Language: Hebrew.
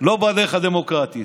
לא בדרך הדמוקרטית.